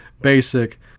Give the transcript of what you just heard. basic